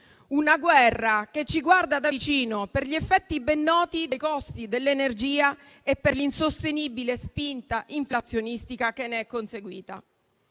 una guerra che ci guarda da vicino per gli effetti ben noti dei costi dell'energia e per l'insostenibile spinta inflazionistica che ne è conseguita.